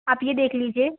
आप ये देख लीजिए